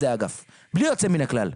בלי יוצא מן הכלל,